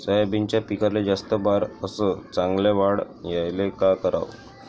सोयाबीनच्या पिकाले जास्त बार अस चांगल्या वाढ यायले का कराव?